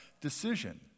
decision